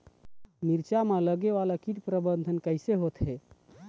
मिरचा मा लगे वाला कीट के प्रबंधन कइसे होथे?